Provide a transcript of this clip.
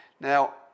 Now